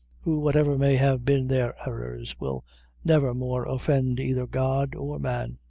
who, whatever may have been their errors, will never more offend either god or man.